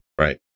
Right